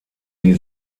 die